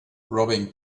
robbing